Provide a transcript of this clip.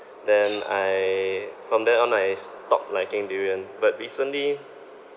then I from then on I stopped liking durian but recently